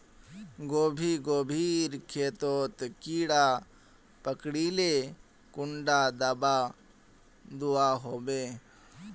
गोभी गोभिर खेतोत कीड़ा पकरिले कुंडा दाबा दुआहोबे?